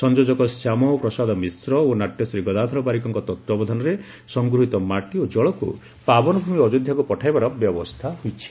ସଂଯୋଜକ ଶ୍ୟାମାଓଁ ପ୍ରସାଦ ମିଶ୍ର ଓ ନାଟ୍ୟଶ୍ରୀ ଗଦାଧର ବାରିକଙ୍କ ତତ୍ତ୍ୱାବଧାନରେ ସଂଗୃହୀତ ମାଟି ଓ କଳକୁ ପାବନ ଭ୍ମି ଅଯୋଧାକୁ ପଠାଇବାର ବ୍ୟବସ୍କା ହୋଇଛି